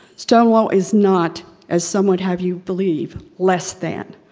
stonewall is not as some would have you believe less than.